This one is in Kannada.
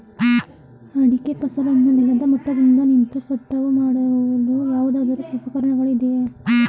ಅಡಿಕೆ ಫಸಲನ್ನು ನೆಲದ ಮಟ್ಟದಿಂದ ನಿಂತು ಕಟಾವು ಮಾಡಲು ಯಾವುದಾದರು ಉಪಕರಣ ಇದೆಯಾ?